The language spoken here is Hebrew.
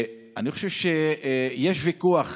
אני חושב שיש ויכוח